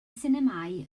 sinemâu